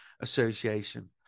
association